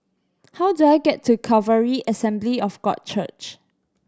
how do I get to Calvary Assembly of God Church